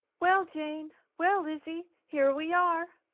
well, jane, well, lizzy, here we are!